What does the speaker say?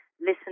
Listen